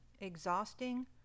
exhausting